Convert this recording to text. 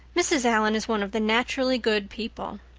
mrs. allan is one of the naturally good people.